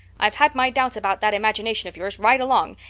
i've had my doubts about that imagination of yours right along,